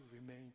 remain